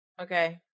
Okay